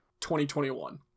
2021